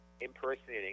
impersonating